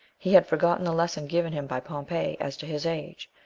he had forgotten the lesson given him by pompey as to his age,